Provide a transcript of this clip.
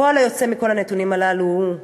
הפועל היוצא מכל הנתונים הללו הוא